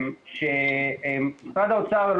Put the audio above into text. משרד האוצר,